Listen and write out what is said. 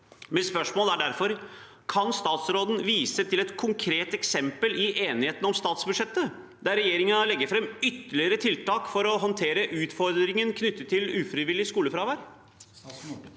Mitt spørsmål er derfor: Kan statsråden vise til et konkret eksempel i enigheten om statsbudsjettet der regjeringen legger fram ytterligere tiltak for å håndtere utfordringene knyttet til ufrivillig skolefravær? Statsråd